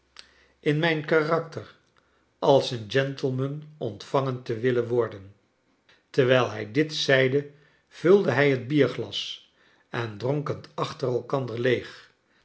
in mijn karakter als een gentleman ontvangen te willen worden terwijl hij dit zeide vulde hij het bierglas en dronk het achter elkander